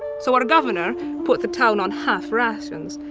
so our governor put the town on half rations.